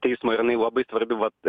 teismo ir jinai labai svarbi vat